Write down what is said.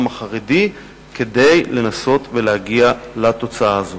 החרדי כדי לנסות להגיע לתוצאה הזאת.